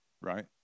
right